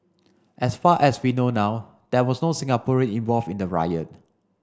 as far as we know now there was no Singaporean involved in the riot